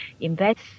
invest